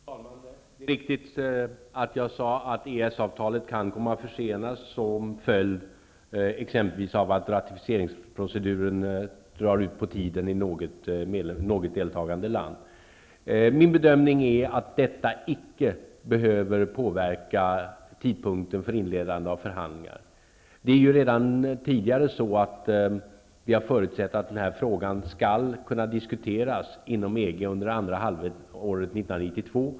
Fru talman! Det är riktigt att jag sade att EES avtalet kan komma att försenas, exempelvis som följd av att ratificeringsproceduren drar ut på tiden i något deltagande land. Min bedömning är att detta icke behöver påverka tidpunkten för inledande av förhandlingar. Vi har redan tidigare förutsatt att den här frågan skall kunna diskuteras inom EG under andra halvåret 1992.